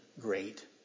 great